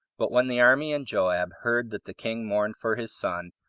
but when the army and joab heard that the king mourned for his son,